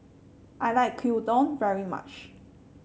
I like Gyudon very much